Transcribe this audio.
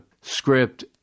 script